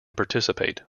participate